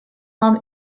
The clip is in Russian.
нам